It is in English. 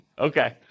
Okay